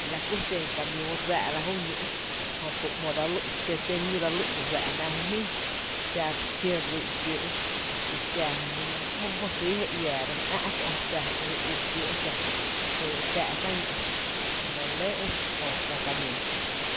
La kú xen camiüü re fáá’ra jú ñíí’ jötu ‘mo dsa lý’, tǿ tǿ ñí dsa lý’ ro fáá’ jnáá’ jú jmíií, xa kiǿ lyy’ kiéé’, i xa mýý ‘mo sýý jé iää rá ä’ kö’, xa jy u kiee’ xa, jy e tⱥⱥ’ kä ñó’ la nɇ re lɇ köö camiüü.